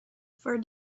for